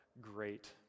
great